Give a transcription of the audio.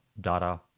data